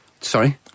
Sorry